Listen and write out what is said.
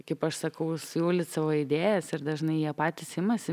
kaip aš sakau siūlyt savo idėjas ir dažnai jie patys imasi